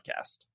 Podcast